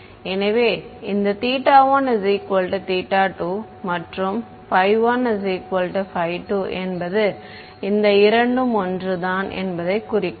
எனவே இந்த θ1 θ2 மற்றும் φ1 φ2 என்பது இந்த இரண்டும் ஒன்று தான் என்பதை குறிக்கும்